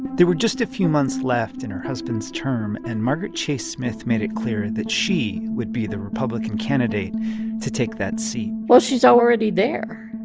there were just a few months left in her husband's term, and margaret chase smith made it clear that she would be the republican candidate to take that seat well, she's already there.